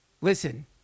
Listen